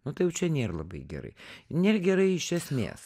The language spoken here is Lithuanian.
nu tai jau čia nėr labai gerai nėr gerai iš esmės